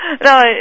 No